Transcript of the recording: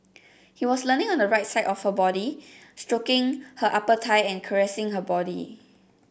he was leaning on the right side of her body stroking her upper thigh and caressing her body